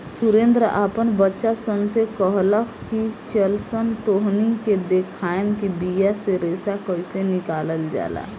सुरेंद्र आपन बच्चा सन से कहलख की चलऽसन तोहनी के देखाएम कि बिया से रेशा कइसे निकलाल जाला